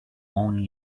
only